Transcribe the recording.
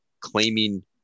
claiming